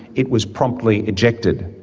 it was promptly ejected.